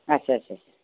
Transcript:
अच्छा अच्छा अच्छा